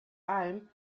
alm